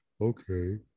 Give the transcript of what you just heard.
Okay